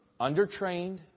undertrained